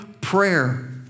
prayer